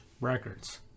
records